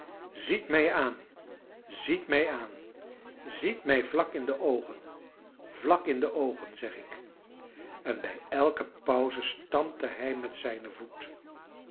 ziet mij aan ziet mij aan ziet mij vlak in de oogen vlak in de oogen zeg ik en bij elke pauze stampte hij met zijnen voet